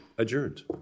Adjourned